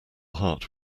heart